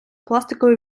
пластикові